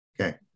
Okay